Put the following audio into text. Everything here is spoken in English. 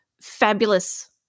fabulous